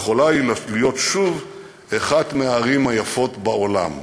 להיות שוב אחת מהערים היפות בעולם".